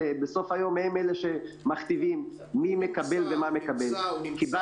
בסוף היום הם אלה שמכתיבים מי מקבל וכמה מקבל.